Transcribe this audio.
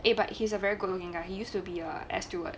eh but hes a very good looking guy he used to be a air steward